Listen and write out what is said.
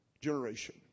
generation